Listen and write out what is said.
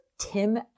Tim